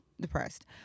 depressed